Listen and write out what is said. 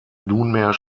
nunmehr